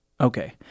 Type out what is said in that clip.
Okay